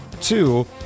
two